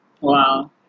wow